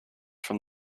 from